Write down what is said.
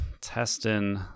testing